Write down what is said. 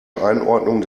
einordnung